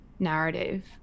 narrative